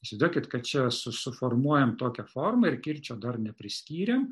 įsivaizduokit kad čia su suformuojam tokią formą ir kirčio dar nepriskyrėm